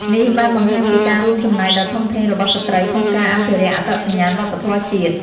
នេះបានបង្ហាញពីការរួមចំណែកដ៏ធំធេងរបស់ស្ត្រីក្នុងការអភិរក្សអត្តសញ្ញាណវប្បធម៌ជាតិ។